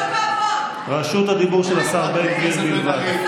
חותמת גומי של שירות מבחן.